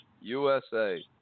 USA